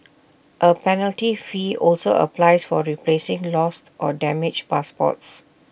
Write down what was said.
A penalty fee also applies for replacing lost or damaged passports